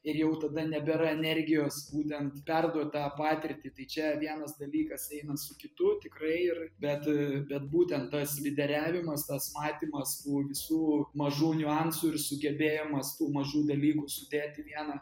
ir jau tada nebėra energijos būtent perduot tą patirtį tai čia vienas dalykas eina su kitu tikrai ir bet bet būtent tas lyderiavimas tas matymas tų visų mažų niuansų ir sugebėjimas tų mažų dalykų sudėt į vieną